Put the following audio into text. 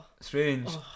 Strange